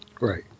Right